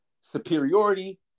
superiority